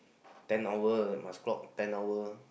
ten hour must clock ten hour